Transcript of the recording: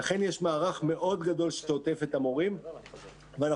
יש מערך מאוד גדול שעוטף את המורים ואנחנו